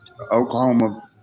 Oklahoma